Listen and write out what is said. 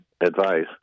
advice